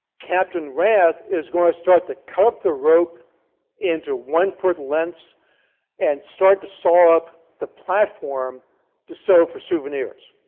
captain rath is going to start to cut the rope into one foot lengths and start to saw up the platform to sell so for souvenirs.